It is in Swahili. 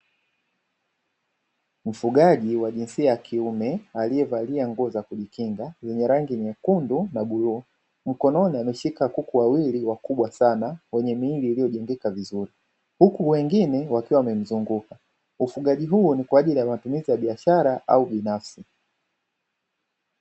Mfugaji wa jinsia ya kiume aliyevalia nguo za kujikinga zenye rangi nyekundu na buluu, mkononi ameshika kuku wawili wakubwa sana wenye miili iliyojengeka vizuri huku wengine wakiwa wamemzunguka, ufugaji huo ni kwaajili ya matumizi ya biashara au binafsi.